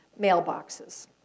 mailboxes